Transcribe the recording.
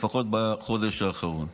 לפחות בחודש האחרון.